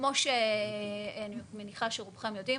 וכמו שאני מניחה שרובכן יודעים,